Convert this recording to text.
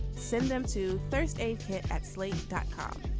send them to thursday here at slate dot com.